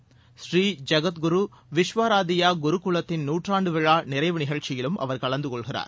pre Jagadguru Vishwaradhya குருக்குலத்தின் நூற்றாண்டு விழா நிறைவு நிகழ்ச்சியிலும் அவர் கலந்து கொள்கிறார்